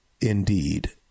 indeed